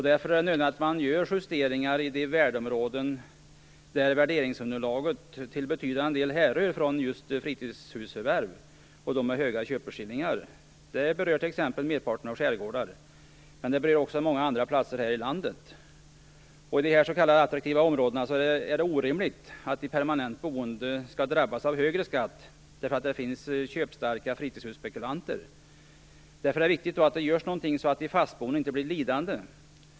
Därför är det nödvändigt att man gör justeringar i de värdeområden där värderingsunderlaget till betydande del härrör från just fritidshusförvärv med höga köpeskillingar. Det här berör t.ex. merparten av skärgårdar. Men det berör också många andra platser här i landet. I dessa s.k. attraktiva områden är det orimligt att de permanent boende skall drabbas av högre skatt på grund av att det finns köpstarka fritidshusspekulanter. Därför är det viktigt att det görs någonting så att de fastboende inte blir lidande.